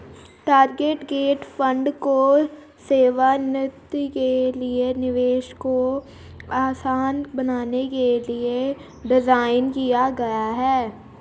target date fund को सेवानिवृत्ति के लिए निवेश को आसान बनाने के लिए डिज़ाइन किया गया है